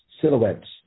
silhouettes